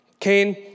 Cain